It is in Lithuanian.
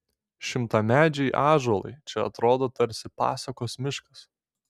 šimtamečiai ąžuolai čia atrodo tarsi pasakos miškas